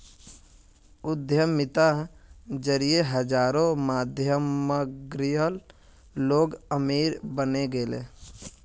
उद्यमिता जरिए हजारों मध्यमवर्गीय लोग अमीर बने गेले